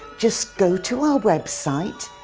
just go to our website,